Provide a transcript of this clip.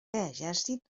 exèrcit